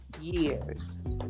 years